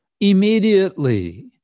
immediately